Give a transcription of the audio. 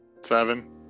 Seven